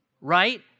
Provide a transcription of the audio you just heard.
Right